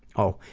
oh,